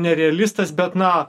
ne realistas bet na